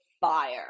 fire